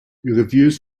reviews